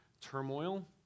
turmoil